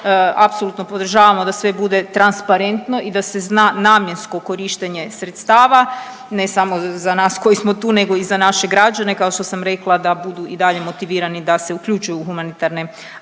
apsolutno podržavamo da sve bude transparentno i da se zna namjensko korištenje sredstava, ne samo za nas koji smo tu nego i za naše građane. Kao što sam rekla da budu i dalje motivirani da se uključuju u humanitarne akcije.